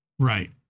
Right